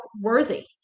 worthy